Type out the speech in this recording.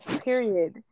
Period